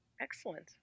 Excellent